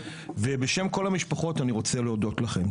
ובשם כל המשפחות אני רוצה להודות לכם.